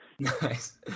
Nice